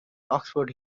oxford